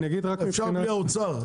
אפשר בלי האוצר?